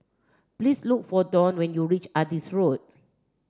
please look for Donn when you reach Adis Road